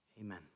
Amen